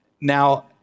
now